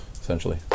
essentially